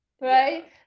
right